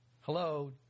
Hello